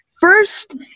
First